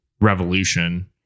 revolution